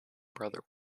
brother